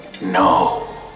No